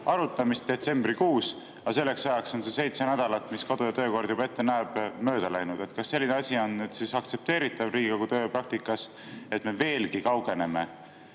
arutamist detsembrikuus. Aga selleks ajaks on see seitse nädalat, mis kodu‑ ja töökord ette näeb, juba mööda läinud. Kas selline asi on nüüd aktsepteeritav Riigikogu tööpraktikas, et me veelgi kaugeneme